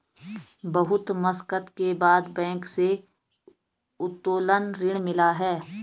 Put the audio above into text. बहुत मशक्कत के बाद बैंक से उत्तोलन ऋण मिला है